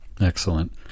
Excellent